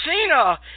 Cena